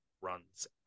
runs